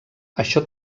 això